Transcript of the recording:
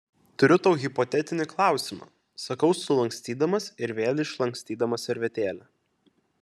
turiu tau hipotetinį klausimą sakau sulankstydamas ir vėl išlankstydamas servetėlę